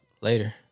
Later